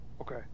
Okay